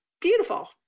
beautiful